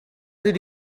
did